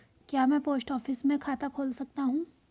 क्या मैं post office में खाता खोल सकता हूँ?